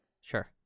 Sure